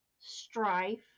strife